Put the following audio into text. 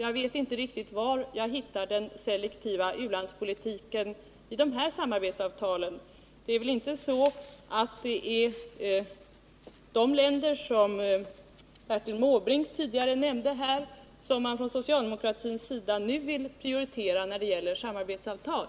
Jag vet inte riktigt var jag kan hitta den selektiva u-landspolitiken i de här samarbetsavtalen. Det är väl inte de länder som Bertil Måbrink tidigare nämnde här som man från socialdemokraternas sida nu vill prioritera när det gäller samarbetsavtal?